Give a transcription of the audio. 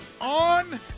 on